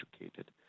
educated